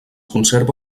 conserva